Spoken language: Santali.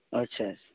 ᱚ ᱦᱮᱸ ᱟᱪᱪᱷᱟ